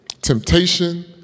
temptation